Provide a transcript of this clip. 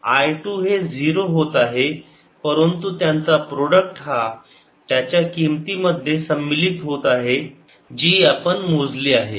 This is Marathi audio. I टू हे 0 होत आहे परंतु त्यांचा प्रॉडक्ट हा त्याच्या किमतीमध्ये सम्मिलीत होत आहे जी आपण मोजली आहे